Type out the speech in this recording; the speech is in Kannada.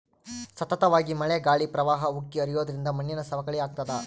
ಸತತವಾಗಿ ಮಳೆ ಗಾಳಿ ಪ್ರವಾಹ ಉಕ್ಕಿ ಹರಿಯೋದ್ರಿಂದ ಮಣ್ಣಿನ ಸವಕಳಿ ಆಗ್ತಾದ